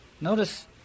Notice